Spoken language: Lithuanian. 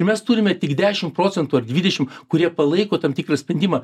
ir mes turime tik dešimt procentų ar dvidešimt kurie palaiko tam tikrą spendimą